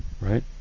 right